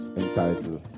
entitled